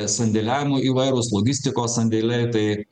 sandėliavimo įvairūs logistikos sandėliai tai